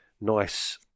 Nice